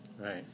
Right